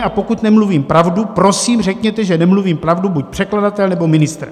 A pokud nemluvím pravdu, prosím, řekněte, že nemluvím pravdu, buď předkladatel, nebo ministr!